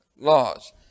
laws